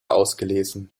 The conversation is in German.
ausgelesen